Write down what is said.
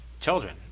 children